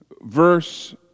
verse